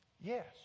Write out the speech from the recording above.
Yes